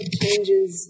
changes